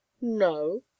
no